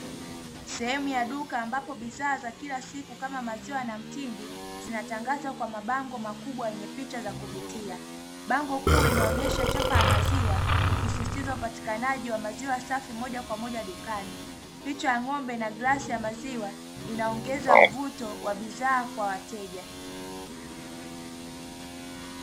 Sehemu ya duka, ambapo bidhaa za kila siku kama maziwa na mtindi zinatangazwa kwa mabango makubwa yenye picha za kuvutia. Bango kuu linaonyesha chapa ya maziwa, ikisisitiza upatikanaji wa maziwa safi moja kwa moja dukani. Picha ya ng'ombe na glasi ya maziwa inaongeza mvuto wa bidhaa kwa wateja.